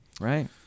Right